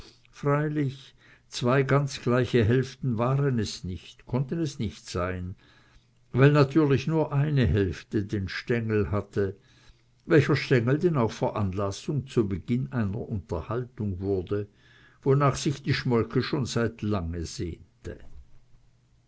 freilich zwei ganz gleiche hälften waren es nicht konnten es nicht sein weil natürlich nur eine hälfte den stengel hatte welcher stengel denn auch veranlassung zu beginn einer unterhaltung wurde wonach sich die schmolke schon seit lange sehnte